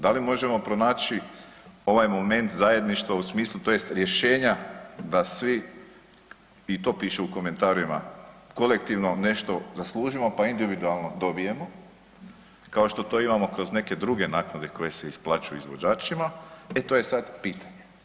Da li možemo pronaći ovaj moment zajedništva u smislu tj. rješenja da svi, i to piše u komentarima, kolektivno nešto zaslužimo, pa individualno dobijemo, kao što to imamo kroz neke druge naklade koje se isplaćuju izvođačima, e to je sad pitanje.